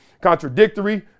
contradictory